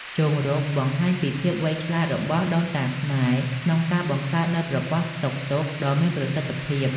ជង្រុកបង្ហាញពីភាពវៃឆ្លាតរបស់ដូនតាខ្មែរក្នុងការបង្កើតនូវប្រព័ន្ធស្តុកទុកដ៏មានប្រសិទ្ធភាព។